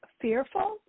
fearful